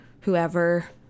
whoever